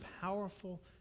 powerful